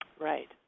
right